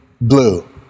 blue